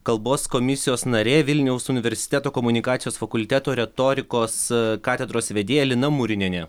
kalbos komisijos narė vilniaus universiteto komunikacijos fakulteto retorikos katedros vedėja lina murinienė